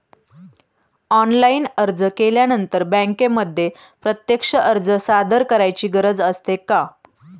Online अर्ज केल्यानंतर बँकेमध्ये प्रत्यक्ष अर्ज सादर करायची गरज असते का?